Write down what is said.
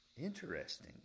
Interesting